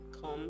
come